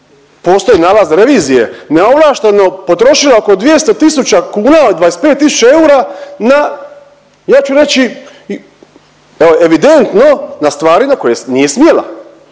postoji nalaz revizije neovlašteno potrošila oko 200 tisuća kuna 25 tisuća eura na ja ću reći evidentno na stvari na koje nije smjela.